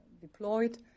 deployed